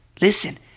Listen